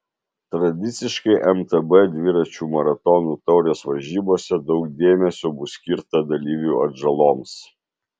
tradiciškai mtb dviračių maratonų taurės varžybose daug dėmesio bus skirta dalyvių atžaloms